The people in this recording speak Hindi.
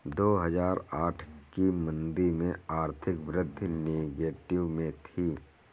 दो हजार आठ की मंदी में आर्थिक वृद्धि नेगेटिव में थी